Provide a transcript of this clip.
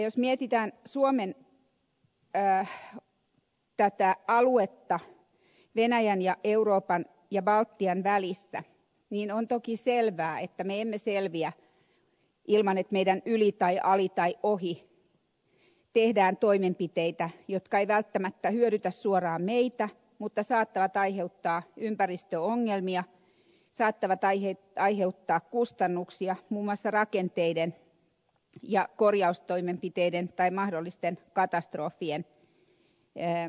jos mietitään suomen tätä aluetta venäjän ja euroopan ja baltian välissä niin on toki selvää että me emme selviä ilman että meidän yli tai ali tai ohi tehdään toimenpiteitä jotka eivät välttämättä hyödytä suoraan meitä mutta saattavat aiheuttaa ympäristöongelmia saattavat aiheuttaa kustannuksia muun muassa rakenteiden ja korjaustoimenpiteiden tai mahdollisten katastrofien kohdalla